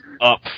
up